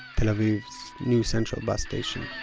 tel aviv's new central bus station